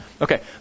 Okay